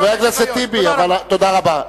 חבר הכנסת טיבי, תודה רבה.